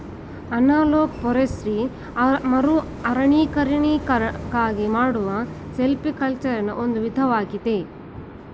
analog forestry ಮರುಅರಣ್ಯೀಕರಣಕ್ಕಾಗಿ ಮಾಡುವ ಸಿಲ್ವಿಕಲ್ಚರೆನಾ ಒಂದು ವಿಧಾನವಾಗಿದೆ